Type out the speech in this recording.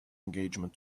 engagement